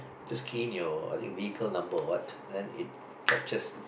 just key in your I think vehicle number or what then it captures